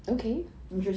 interesting